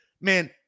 Man